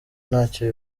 ntacyo